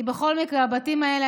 כי בכל מקרה הבתים האלה,